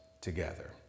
together